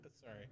sorry